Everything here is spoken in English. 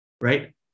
right